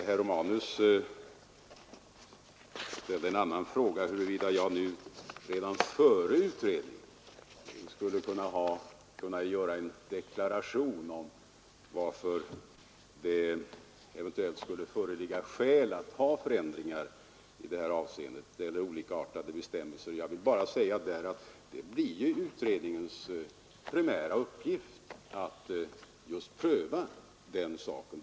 Herr Romanus ställde en annan fråga, nämligen om jag redan före utredningen skulle kunna avge en deklaration, huruvida det eventuellt kunde föreligga skäl att ha olikartade bestämmelser i det här avseendet. Jag vill gärna säga att det blir utredningens primära uppgift att just pröva den saken.